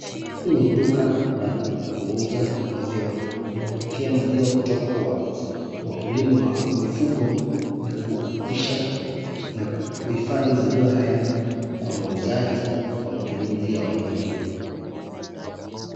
Hii ni duka la kuuza maziwa. Inapokea maziwa kutoka kwa wakulima wa mifugo na kisha ,na kuhifadhi maziwa haya kwa mauzaji na kwa matumizi ya watu wengine.